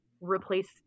replace